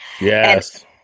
Yes